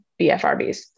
BFRBs